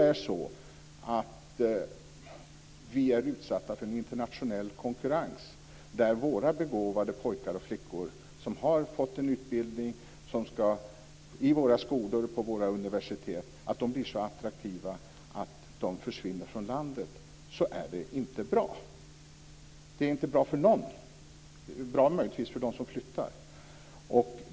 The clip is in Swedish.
Om vi då är utsatta för en internationell konkurrens där våra begåvade pojkar och flickor som har fått en utbildning i våra skolor och på våra universitet blir så attraktiva att de försvinner från landet, så är det inte bra. Det är inte bra för någon, utom möjligtvis för dem som flyttar.